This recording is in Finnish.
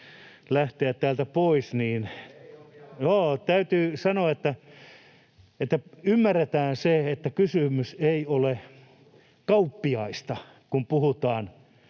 lähtemään täältä pois [Ari Koponen: Ei ole vielä!] — että ymmärretään se, että kysymys ei ole kauppiaista, kun puhutaan